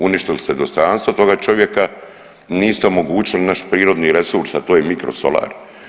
Uništili ste dostojanstvo toga čovjeka, niste omogućili naš prirodni resurs, a to je mikrosolar.